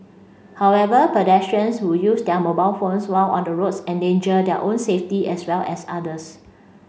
however pedestrians who use their mobile phones while on the roads endanger their own safety as well as others